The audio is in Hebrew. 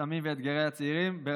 סמים ואתגרי הצעירים בישראל,